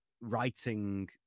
writing